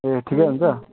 ए ठिकै हुनुहुन्छ